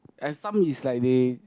and some is like they